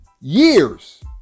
Years